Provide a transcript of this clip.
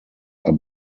are